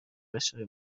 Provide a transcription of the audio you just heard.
روشهای